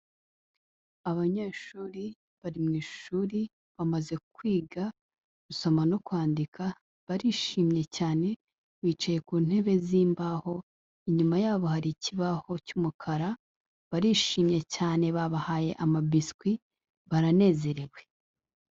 Abanyeshuri bari mu ishuri, bamaze kwiga gusoma no kwandika, barishimye cyane, bicaye ku ntebe z'imbaho, inyuma yabo hari ikibaho cy'umukara, barishimye cyane babahaye amabiswi, baranezerewe.